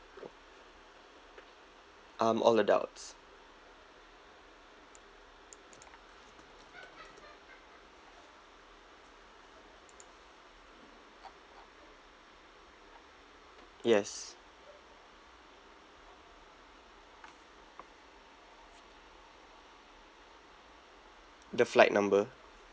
um all adults yes the flight number